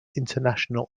international